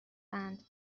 دهند